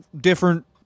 different